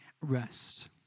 rest